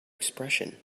expression